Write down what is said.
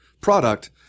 product